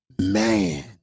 man